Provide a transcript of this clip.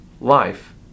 life